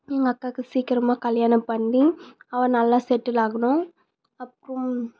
அக்காவுக்கு சீக்கிரமாக கல்யாணம் பண்ணி அவள் நல்லா செட்டில் ஆகணும் அப்புறம்